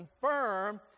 confirm